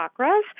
chakras